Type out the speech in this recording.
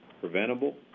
preventable